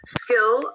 skill